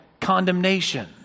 condemnation